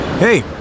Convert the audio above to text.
Hey